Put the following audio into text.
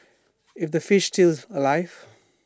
is the fish still alive